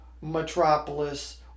metropolis